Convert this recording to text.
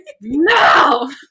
No